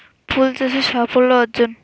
ফুল চাষ সাফল্য অর্জন?